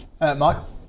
Michael